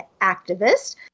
activist